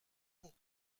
pour